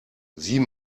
sieh